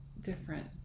different